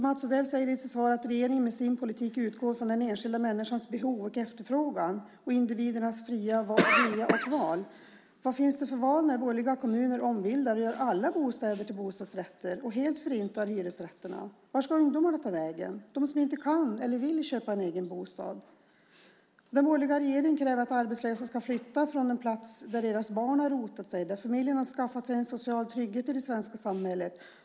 Mats Odell sade i sitt svar att regeringens politik utgår från den enskilda människans behov och efterfrågan samt individernas fria vilja och val. Vad finns det för val när borgerliga kommuner ombildar och gör alla bostäder till bostadsrätter och helt förintar hyresrätterna? Vart ska ungdomarna ta vägen, de som inte kan eller vill köpa en egen bostad? Den borgerliga regeringen kräver att arbetslösa ska flytta från den plats där deras barn har rotat sig och där familjen har skaffat sig en social trygghet i det svenska samhället.